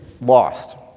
lost